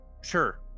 Sure